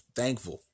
thankful